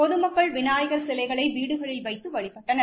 பொதுமக்கள் விநாயகர் சிலைகளை வீடுகளில் வைத்து வழிபட்டனர்